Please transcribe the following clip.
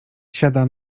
siada